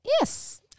Yes